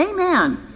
Amen